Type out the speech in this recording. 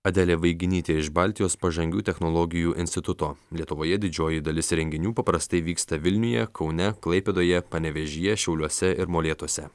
adelė vaiginytė iš baltijos pažangių technologijų instituto lietuvoje didžioji dalis renginių paprastai vyksta vilniuje kaune klaipėdoje panevėžyje šiauliuose ir molėtuose